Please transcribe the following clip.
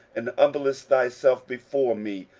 and humbledst thyself before me,